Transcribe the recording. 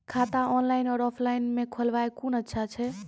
खाता ऑनलाइन और ऑफलाइन म खोलवाय कुन अच्छा छै?